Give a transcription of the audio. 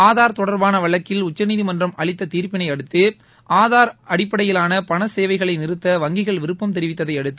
ஆதார் தொடர்பான வழக்கில் உச்சநீதிமன்றம் அளித்த தீர்ப்பினை அடுத்து ஆதார் அடிப்படையிலாள பண சேவைகளை நிறுத்த வங்கிகள் விருப்பம் தெரிவித்ததை அடுத்து